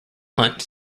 hunt